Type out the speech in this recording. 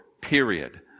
period